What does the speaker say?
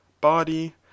body